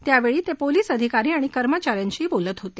त्यावेळी ते पोलीस अधिकारी आणि कर्मचा यांशी बोलत होते